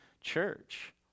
church